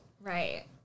Right